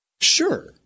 sure